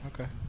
Okay